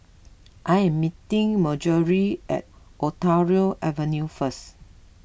I am meeting Marjorie at Ontario Avenue first